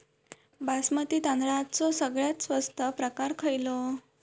बासमती तांदळाचो सगळ्यात स्वस्त प्रकार खयलो?